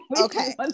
okay